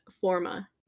forma